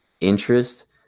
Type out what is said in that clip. interest